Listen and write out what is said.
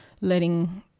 letting